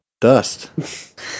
Dust